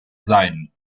sein